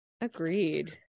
Agreed